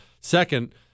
Second